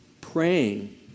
praying